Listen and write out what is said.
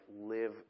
live